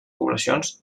poblacions